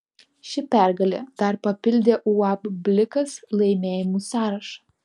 ši pergalė dar papildė uab blikas laimėjimų sąrašą